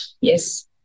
yes